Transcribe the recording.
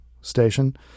Station